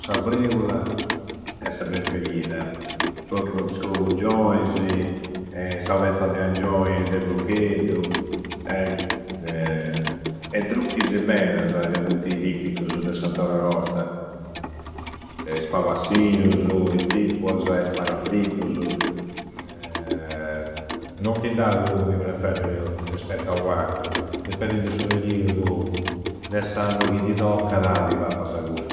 sa fregula e sa preferida. Poi chi funti is cruguggioisi e sa pezza de angioi e de proccheddu. E drucchisi medasa ca funti tippiccusu de sa zona nostra. Is pabapassinusu, i zippuasa, is parafrittusu. Non chind'ada unu chi preferru rispettu a u attru. Dipendi de su periudu de s'annu chi ti toccada, ti pappasa cussu.